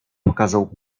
pokazał